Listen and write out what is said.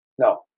No